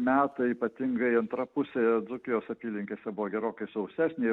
metai ypatingai antra pusė dzūkijos apylinkėse buvo gerokai sausesnė